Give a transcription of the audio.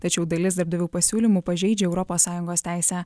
tačiau dalis darbdavių pasiūlymų pažeidžia europos sąjungos teisę